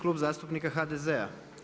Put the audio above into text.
Klub zastupnika HDZ-a.